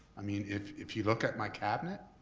i mean if if you look at my cabinet,